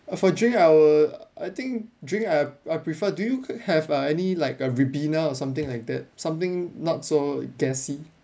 uh for drink I would I think drink I I prefer do you have any like uh ribena or something like that something not so gassy